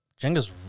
Jenga's